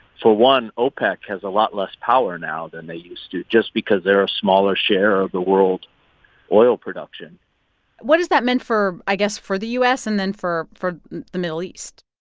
for one, opec has a lot less power now than they used to just because they're a smaller share of the world oil production what has that meant for i guess for the u s. and then for for the middle east?